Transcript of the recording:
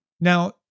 Now